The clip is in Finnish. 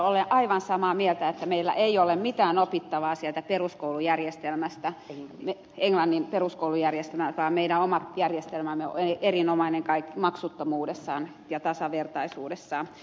olen aivan samaa mieltä että meillä ei ole mitään opittavaa sieltä englannin peruskoulujärjestelmästä vaan meidän oma järjestelmämme on erinomainen maksuttomuudessaan ja tasavertaisuudessaan